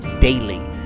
daily